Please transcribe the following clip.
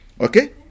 Okay